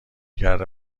کرده